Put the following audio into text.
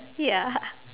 ya